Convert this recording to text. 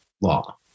law